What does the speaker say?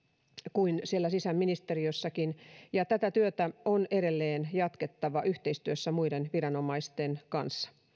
kuin siellä sisäministeriössäkin ja tätä työtä on edelleen jatkettava yhteistyössä muiden viranomaisten kanssa